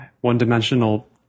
one-dimensional